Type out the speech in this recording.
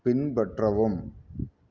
பின்பற்றவும்